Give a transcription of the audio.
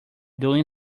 doing